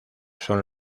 son